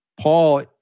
Paul